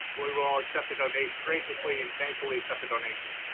we will accept the donation graciously and thankfully accept the donation.